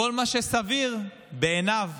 כל מה שסביר בעיניו,